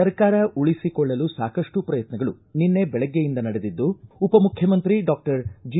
ಸರ್ಕಾರ ಉಳಿಸಿಕೊಳ್ಳಲು ಸಾಕಷ್ಟು ಪ್ರಯತ್ನಗಳು ನಿನ್ನೆ ಬೆಳಗ್ಗೆಯಿಂದ ನಡೆದಿದ್ದು ಉಪ ಮುಖ್ಯಮಂತ್ರಿ ಡಾಕ್ಟರ್ ಜಿ